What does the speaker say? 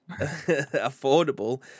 affordable